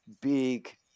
big